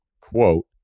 quote